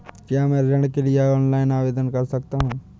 क्या मैं ऋण के लिए ऑनलाइन आवेदन कर सकता हूँ?